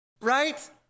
Right